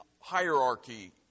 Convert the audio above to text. hierarchy